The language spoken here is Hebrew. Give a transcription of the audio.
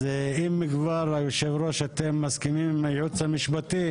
אם אתם כבר מסכימים עם הייעוץ המשפטי,